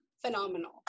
phenomenal